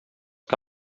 que